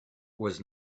was